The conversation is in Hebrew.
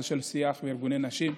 הנושא של שיח וארגוני נשים,